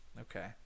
okay